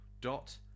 Dot